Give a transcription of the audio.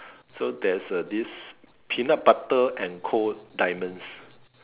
so there's a this peanut butter and coal diamonds